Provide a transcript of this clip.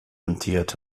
hantiert